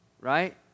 right